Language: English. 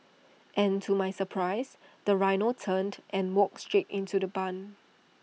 and to my surprise the rhino turned and walked straight into the barn